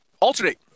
alternate